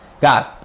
guys